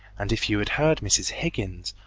and if you had heard mrs. higgins!